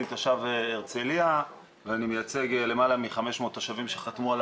אני תושב הרצליה ואני מייצג למעלה מ-500 תושבים שחתמו על